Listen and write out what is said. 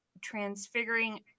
transfiguring